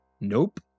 Nope